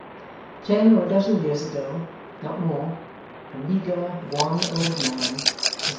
ten or a dozen years ago not more a meagre, wan old man,